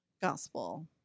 gospel